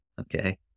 okay